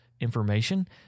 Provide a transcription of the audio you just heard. information